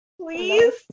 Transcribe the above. Please